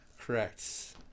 Correct